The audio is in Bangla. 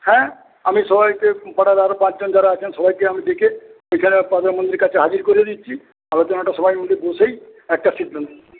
হ্যাঁ আমি সবাইকে পাড়ার আরও পাঁচজন যারা আছেন সবাইকে আমি ডেকে এখানে মন্দিরের কাছে হাজির করে দিচ্ছি আলচনাটা সবাই মিলে বসেই একটা সিদ্ধান্ত